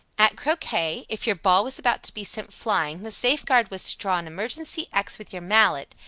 at croquet, if your ball was about to be sent flying, the safeguard was to draw an imaginary x with your mallet,